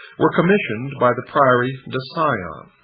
were commissioned by the prieure yeah de so ah